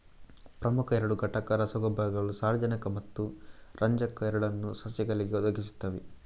ಪ್ರಮುಖ ಎರಡು ಘಟಕ ರಸಗೊಬ್ಬರಗಳು ಸಾರಜನಕ ಮತ್ತು ರಂಜಕ ಎರಡನ್ನೂ ಸಸ್ಯಗಳಿಗೆ ಒದಗಿಸುತ್ತವೆ